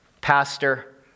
pastor